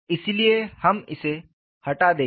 इसलिए हम इसे खत्म कर देंगे